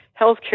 healthcare